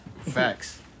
Facts